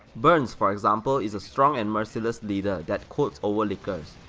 burns for example is a strong and merciless leader that quotes over liquors.